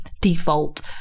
default